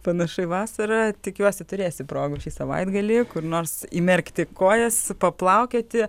panašu į vasarą tikiuosi turėsi progų šį savaitgalį kur nors įmerkti kojas paplaukioti